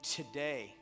today